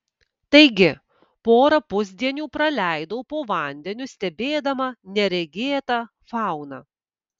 taigi porą pusdienių praleidau po vandeniu stebėdama neregėtą fauną